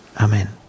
Amen